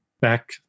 back